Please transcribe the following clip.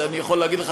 אני יכול להגיד לך,